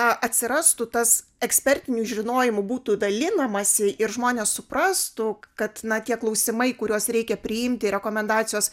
atsirastų tas ekspertiniu žinojimu būtų dalinamasi ir žmonės suprastų kad na tie klausimai kuriuos reikia priimti rekomendacijos